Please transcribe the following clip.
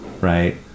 right